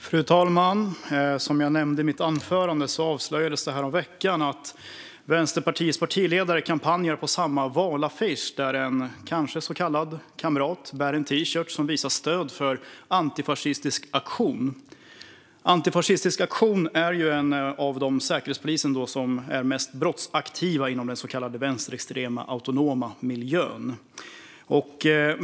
Fru talman! Som jag nämnde i mitt anförande avslöjades det häromveckan att Vänsterpartiets partiledare kampanjar på samma valaffisch som en kanske så kallad kamrat bär en t-shirt som visar stöd för Antifascistisk aktion. Antifascistisk aktion bedöms av Säkerhetspolisen vara en av de mest brottsaktiva organisationerna inom den så kallade vänsterextrema autonoma miljön.